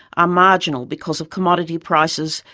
are marginal because of commodity prices,